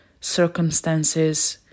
circumstances